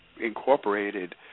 incorporated